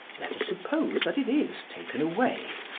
let us suppose that it is taken away.